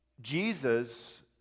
Jesus